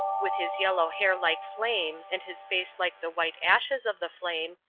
with his yellow hair like flame and his face like the white ashes of the flame,